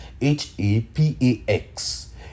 H-A-P-A-X